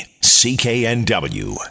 CKNW